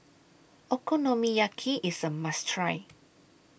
Okonomiyaki IS A must Try